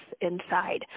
inside